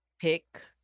pick